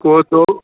कोदो